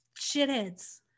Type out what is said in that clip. shitheads